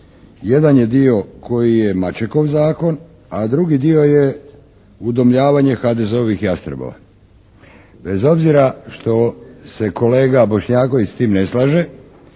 Jedan je dio koji je Mačekov zakon, a drugi dio je udomljavanje HDZ-ovih "jastrebova". Bez obzira što se kolega Bošnjaković s tim ne slaže